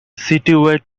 citywide